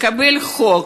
התקבל חוק